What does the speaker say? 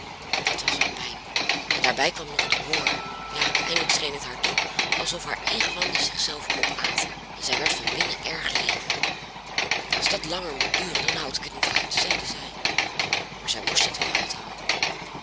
dat was een pijn en daarbij kwam nog de honger ja eindelijk scheen het haar toe alsof haar ingewanden zich zelf opaten en zij werd van binnen erg leeg als dat langer moet duren dan houd ik het niet uit zeide zij maar zij moest het wel uithouden